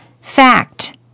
Fact